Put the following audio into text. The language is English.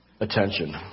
attention